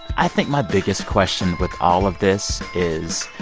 i think my biggest question with all of this is,